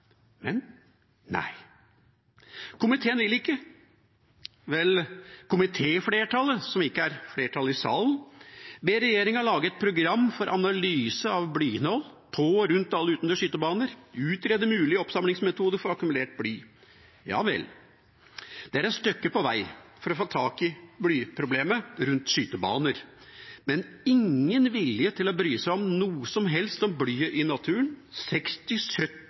Men nei, komiteen vil ikke. Vel, komitéflertallet, som ikke er flertallet i salen, ber regjeringa lage et program for analyse av blyinnhold på og rundt alle utendørs skytebaner, utrede mulige oppsamlingsmetoder for akkumulert bly. Ja vel, det er et stykke på vei for å ta tak i blyproblemet rundt skytebaner, men ingen vilje til å bry seg noe som helst om blyet i naturen,